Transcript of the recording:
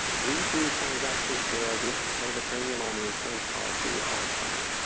we do transactions where i just pay the premium on the insurance policy all the time.